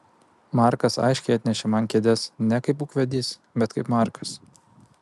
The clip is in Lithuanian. markas aiškiai atnešė man kėdes ne kaip ūkvedys bet kaip markas